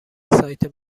سایت